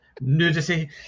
nudity